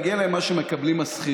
מגיע להם מה שמקבלים השכירים,